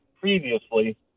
previously